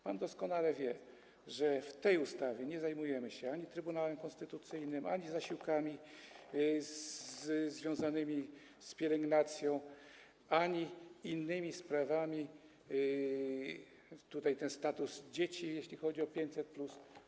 Pan doskonale wie, że w tej ustawie nie zajmujemy się ani Trybunałem Konstytucyjnym, ani zasiłkami związanymi z pielęgnacją, ani innymi sprawami, jak status dzieci, jeśli chodzi o 500+.